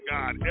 God